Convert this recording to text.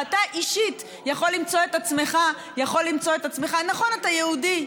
אתה אישית יכול למצוא את עצמך, נכון, אתה יהודי.